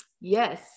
Yes